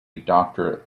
doctor